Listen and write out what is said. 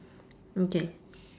okay